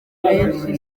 menshi